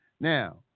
Now